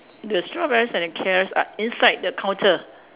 the strawberries and the carrots are inside the counter